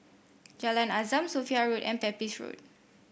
Jalan Azam Sophia Road and Pepys Road